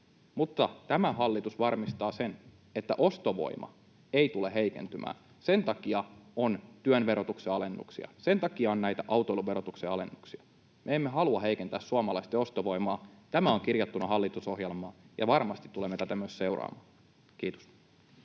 mutta tämä hallitus varmistaa, että ostovoima ei tule heikentymään. Sen takia on työn verotuksen alennuksia. Sen takia on näitä autoilun verotuksen alennuksia. Me emme halua heikentää suomalaisten ostovoimaa. Tämä on kirjattuna hallitusohjelmaan, ja varmasti tulemme tätä myös seuraamaan. — Kiitos.